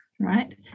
right